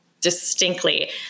distinctly